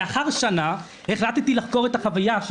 לאחר שנה החלטתי לחקור את החוויה של